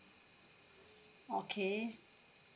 okay